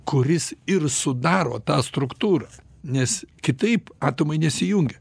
kuris ir sudaro tą struktūrą nes kitaip atomai nesijungia